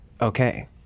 okay